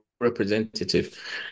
representative